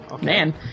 Man